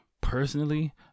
personally